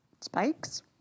spikes